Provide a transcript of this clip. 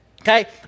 Okay